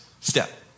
step